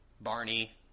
Barney